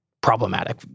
problematic